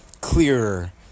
clearer